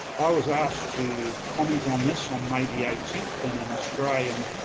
i was asked to comment on this, on may the eighteenth, in an australian